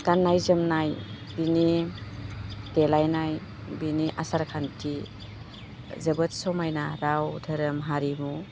गान्नाय जोमन्नाय बिनि देलायनाय बिनि आसारखान्थि जोबोद समायना राव धोरोम हारिमु